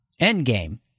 Endgame